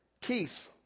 Keith